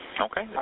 Okay